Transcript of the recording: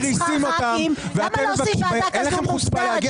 מקריסים אותם ואתם מבקשים יש לכם חוצפה להגיע